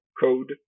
code